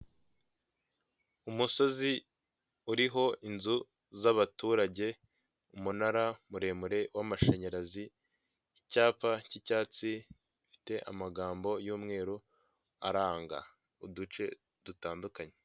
Umusozi uriho inzu z'abaturage umunara muremure w'amashanyarazi, icyapa cy'icyatsi gifite amagambo y'umweru aranga uduce dutandukanye.